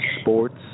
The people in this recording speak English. Sports